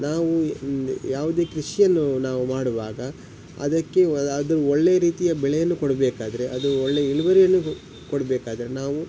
ನಾವು ಯಾವುದೇ ಕೃಷಿಯನ್ನು ನಾವು ಮಾಡುವಾಗ ಅದಕ್ಕೆ ಅದು ಒಳ್ಳೆ ರೀತಿಯ ಬೆಳೆಯನ್ನು ಕೊಡಬೇಕಾದರೆ ಅದು ಒಳ್ಳೆ ಇಳುವರಿಯನ್ನು ಕೊಡಬೇಕಾದರೆ ನಾವು